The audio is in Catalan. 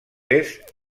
est